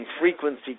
frequency